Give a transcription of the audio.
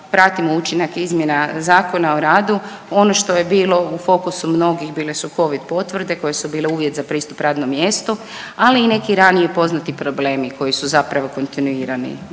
Pratimo učinak izmjena Zakona o radu. Ono što je bilo u fokusu mnogih bile su covid potvrde koje su bile uvjet za pristup radnom mjestu, ali i neki ranije poznati problemi koji su zapravo kontinuirani